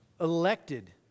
elected